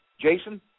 Jason